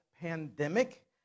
pandemic